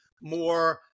more